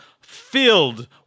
filled